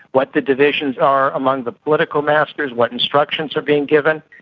what the divisions are among the political masters, what instructions are being given,